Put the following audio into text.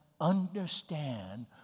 understand